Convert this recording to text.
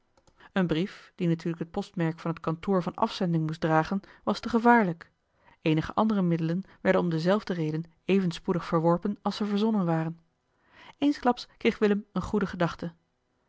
een brief die natuurlijk het postmerk van het kantoor van afzending moest dragen was te gevaarlijk eenige andere middelen werden om dezelfde reden even spoedig verworpen als ze verzonnen waren eensklaps kreeg willem eene goede gedachte